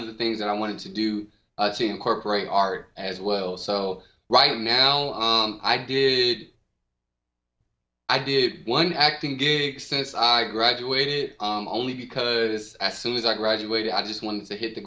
of the things that i wanted to do see incorporate art as well so right now i did i did one acting gig since i graduated only because as soon as i graduated i just wanted to hit the